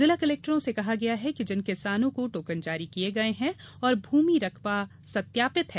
जिला कलेक्टरों से कहा गया है कि जिन किसानों को टोकन जारी किये गये है और भूमि रकबा सत्यापित है